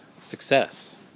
success